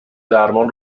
درمان